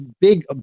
big